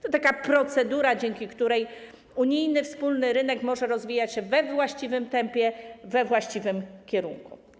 To taka procedura, dzięki której unijny wspólny rynek może rozwijać się we właściwym tempie, we właściwym kierunku.